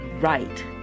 right